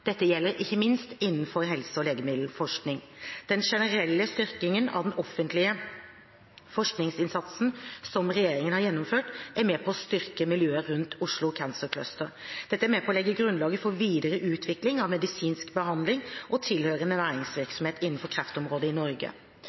Dette gjelder ikke minst innenfor helse- og legemiddelforskning. Den generelle styrkingen av den offentlige forskningsinnsatsen som regjeringen har gjennomført, er med på å styrke miljøet rundt Oslo Cancer Cluster. Dette er med på å legge grunnlaget for videre utvikling av medisinsk behandling og tilhørende næringsvirksomhet innenfor kreftområdet i Norge.